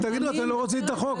אז תגידו שאתם לא רוצים את החוק,